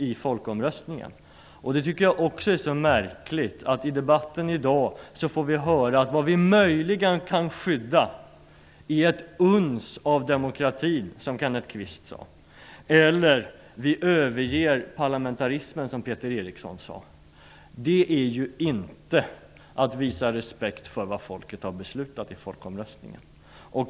Då tycker jag att det också är så märkligt att vi i debatten i dag får höra att vad vi möjligen kan skydda är ett uns av demokratin, som Kenneth Kvist sade, eller att vi överger parlamentarismen, som Peter Eriksson sade. Det är ju inte att visa respekt för vad folket har beslutat i folkomröstningen.